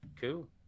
cool